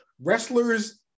wrestlers